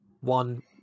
one